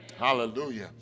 Hallelujah